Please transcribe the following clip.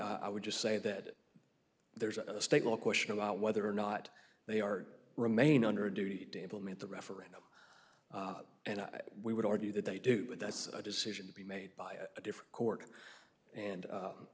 i would just say that there's a state law question about whether or not they are remain under a duty to table meet the referendum and we would argue that they do but that's a decision to be made by a different court and